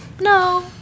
No